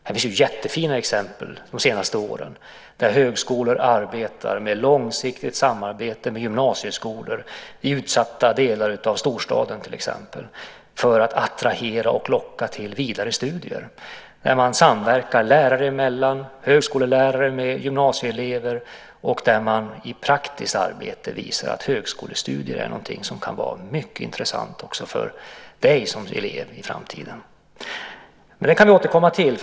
Här finns ju jättefina exempel de senaste åren, där högskolor arbetar med långsiktigt samarbete med gymnasieskolor i utsatta delar av storstaden till exempel för att attrahera och locka till vidare studier. Man samverkar lärare emellan och högskolelärare med gymnasieelever och visar i praktiskt arbete att högskolestudier är något som kan vara mycket intressant för dig som elev i framtiden. Det kan vi återkomma till.